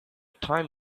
time